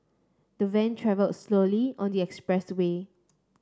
the van travel slowly on the express way